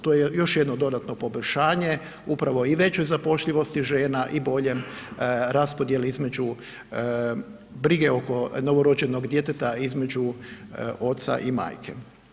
To je još jedno dodatno poboljšanje upravo i većoj zapošljivosti žena i boljem raspodjeli između brige oko novorođenog djeteta između oca i majke.